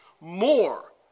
more